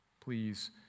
Please